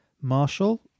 marshall